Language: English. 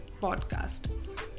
podcast